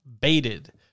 baited